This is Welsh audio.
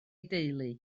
deulu